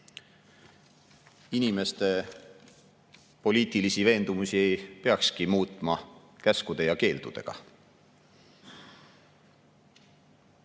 inimeste poliitilisi veendumusi peakski muutma käskude ja keeldudega.